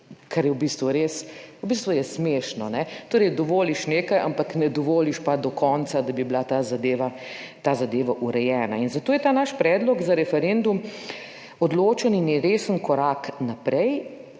res, v bistvu je smešno. Torej, dovoliš nekaj, ampak ne dovoliš pa do konca, da bi bila ta zadeva ta zadeva urejena in zato je ta naš predlog za referendum odločen in je resen korak naprej.